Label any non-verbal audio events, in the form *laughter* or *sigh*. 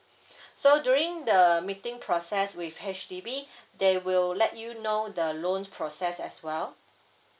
*breath* so during the meeting process with H_D_B *breath* they will let you know the loan's process as well